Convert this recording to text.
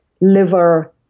liver